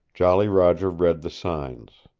jolly roger read the signs.